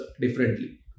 differently